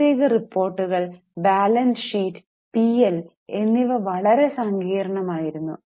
സാമ്പത്തിക റിപ്പോർട്ടുകൾ balance sheet P L എന്നിവ വളരെ സങ്കീർണ്ണമായിരുന്നു